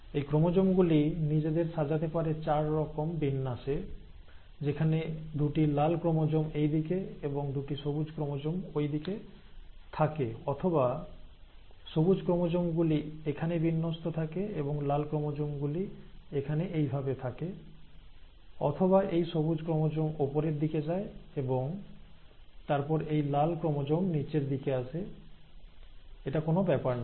এই ক্রোমোজোম গুলি নিজেদের সাজাতে পারে 4 রকম বিন্যাসে যেখানে দুটি লাল ক্রোমোজোম এইদিকে এবং দুটি সবুজ ক্রোমোজোম ঐদিকে থাকে অথবা সবুজ ক্রোমোজোম গুলি এখানে বিন্যস্ত থাকে এবং লাল ক্রোমোজোম গুলি এখানে এইভাবে থাকে অথবা এই সবুজ ক্রোমোজোম উপরের দিকে যায় এবং তারপর এই লাল ক্রোমোজোম নিচের দিকে আসে এটা কোন ব্যাপার না